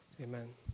Amen